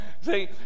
see